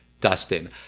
Dustin